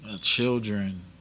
children